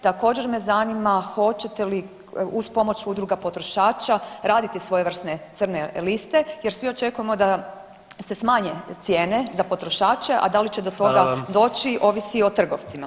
Također me zanima hoćete li uz pomoć udruga potrošača raditi svojevrsne crne liste jer svi očekujemo da se smanje cijene za potrošače, a da li će do toga doći ovisi o trgovcima?